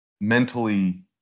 mentally –